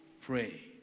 pray